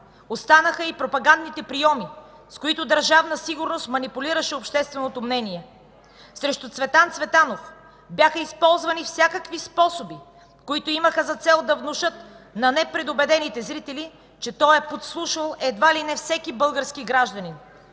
Останаха и пропагандните прийоми, с които Държавна сигурност манипулираше общественото мнение. Срещу Цветан Цветанов бяха използвани всякакви способи, които имаха за цел да внушат на непредубедените зрители, че той е подслушвал едва ли не всеки български гражданин.